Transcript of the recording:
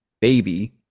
baby